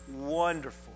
wonderful